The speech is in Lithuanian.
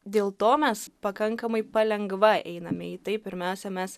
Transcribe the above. dėl to mes pakankamai palengva einame į tai pirmiausia mes